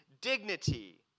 dignity